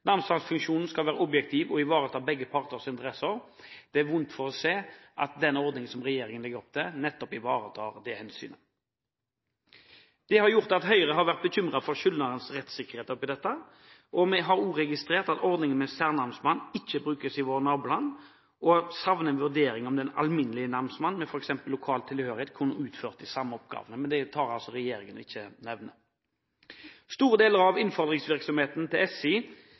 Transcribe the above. Namsmannsfunksjonen skal være objektiv og ivareta begge parters interesser. Jeg har vondt for å se at den ordningen som regjeringen legger opp til, ivaretar nettopp det hensynet. Det har gjort at Høyre er bekymret for skyldneres rettssikkerhet oppi dette. Vi har også registrert at ordningen med særnamsmann ikke brukes i våre naboland, og savner en vurdering av om den alminnelige namsmann, med f.eks. lokal tilhørighet, kunne utført de samme oppgavene. Men det nevner altså ikke regjeringen. Store deler av innfordringsvirksomheten til SI